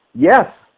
yes,